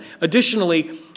Additionally